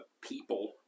people